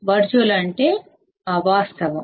virtual అంటే కాల్పనిక